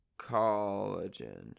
collagen